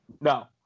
No